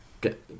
get